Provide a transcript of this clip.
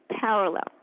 parallel